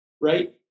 right